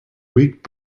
week